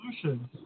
solutions